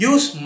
Use